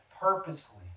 purposefully